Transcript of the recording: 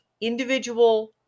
individual